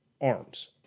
arms